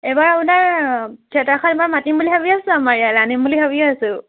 এইবাৰ আপোনাৰ থিয়েটাৰখন এইবাৰ মাতিম বুলি ভাবি আছোঁ আমাৰ ইয়ালৈ আনিম বুলি ভাবি আছোঁ